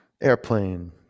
Airplane